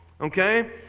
Okay